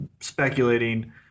speculating